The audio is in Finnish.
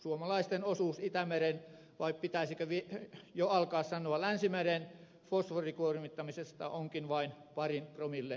suomalaisten osuus itämeren vai pitäisikö jo alkaa sanoa länsimeren fosforikuormittamisesta onkin vain parin promillen luokkaa